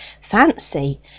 Fancy